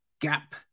Gap